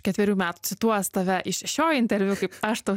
ketverių metų cituos tave iš šio interviu kaip aš tau